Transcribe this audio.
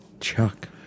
Chuck